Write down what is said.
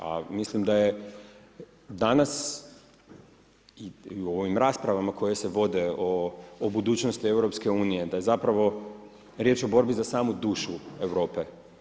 A mislim da je danas i u ovim raspravama koje se vode o budućnosti EU, da je zapravo riječ o borbi za samu dušu Europe.